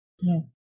Yes